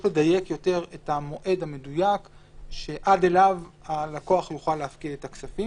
לדייק יותר את המועד המדויק שעד אליו הלקוח יוכל להפקיד את הכספים,